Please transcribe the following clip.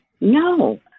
No